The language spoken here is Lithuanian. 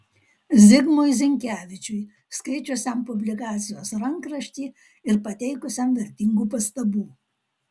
zigmui zinkevičiui skaičiusiam publikacijos rankraštį ir pateikusiam vertingų pastabų